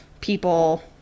people